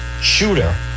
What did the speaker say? shooter